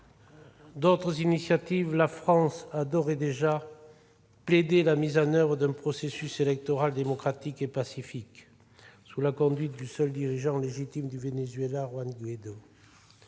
d'autres initiatives, la France a d'ores et déjà plaidé pour la mise en oeuvre d'un processus électoral démocratique et pacifique, sous la conduite du seul dirigeant légitime du Venezuela, Juan Guaidó.